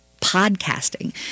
podcasting